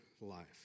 life